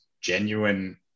genuine